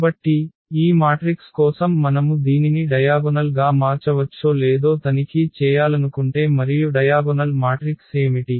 కాబట్టి ఈ మాట్రిక్స్ కోసం మనము దీనిని డయాగొనల్ గా మార్చవచ్చో లేదో తనిఖీ చేయాలనుకుంటే మరియు డయాగొనల్ మాట్రిక్స్ ఏమిటి